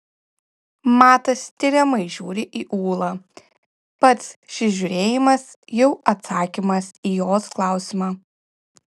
matas tiriamai žiūri į ūlą pats šis žiūrėjimas jau atsakymas į jos klausimą